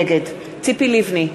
נגד ציפי לבני,